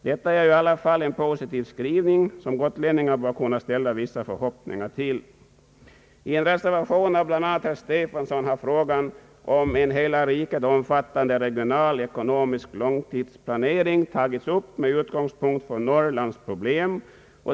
Detta är i alla fall en positiv skrivning, som gotlänningarna bör kunna ställa vissa förhoppningar till. I en reservation av bl.a. herr Stefanson har frågan om en hela riket omfattande regional ekonomisk långtidsplanering tagits upp med utgångspunkt från Norrlands problem.